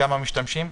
כמה משתמשים,